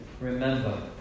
remember